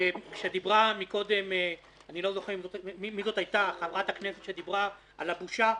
כאשר דיברה קודם חברת כנסת על הבושה,